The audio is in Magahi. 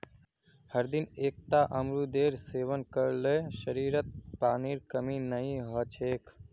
हरदिन एकता अमरूदेर सेवन कर ल शरीरत पानीर कमी नई ह छेक